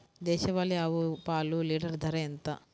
దేశవాలీ ఆవు పాలు లీటరు ధర ఎంత?